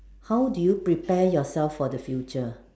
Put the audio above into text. how do you prepare yourself for the future